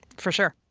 for sure.